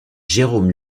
jérôme